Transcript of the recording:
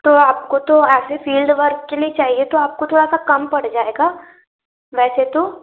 तो आपको तो ऐसे फ़ील्ड वर्क के लिए चहिए तो आपको थोड़ा सा कम पड़ जाएगा वैसे तो